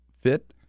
fit